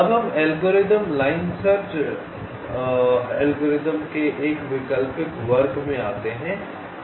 अब हम algorithm line search algorithm के एक वैकल्पिक वर्ग में आते हैं